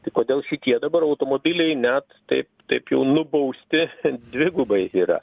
tai kodėl šitie dabar automobiliai net taip taip jau nubausti dvigubai yra